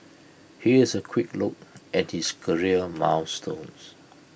here's A quick look at his career milestones